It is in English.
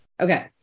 Okay